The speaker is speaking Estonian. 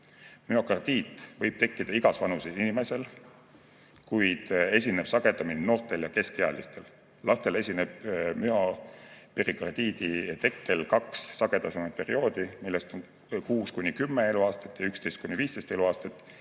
Müokardiit võib tekkida igas vanuses inimesel, kuid esineb sagedamini noortel ja keskealistel. Laste puhul on müoperikardiidi tekkel kaks sagedasemat perioodi: 6–10 eluaastat ja 11–15 eluaastat.